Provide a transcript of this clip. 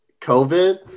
COVID